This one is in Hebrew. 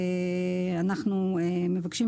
אנחנו מבקשים,